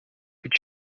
could